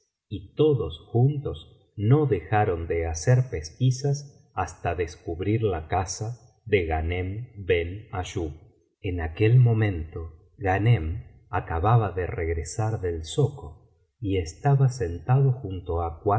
y todos juntos no dejaron de hacer pesquisas hasta descubrir la casa de ghanern ben ayub en aquel momento ghanern acababa de regresar del zoco y estaba sentado junto á